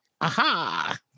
aha